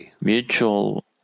mutual